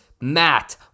Matt